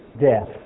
death